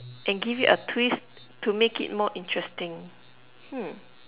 and give it a twist to make it more interesting hmm